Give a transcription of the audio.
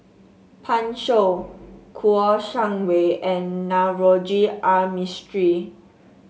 Pan Shou Kouo Shang Wei and Navroji R Mistri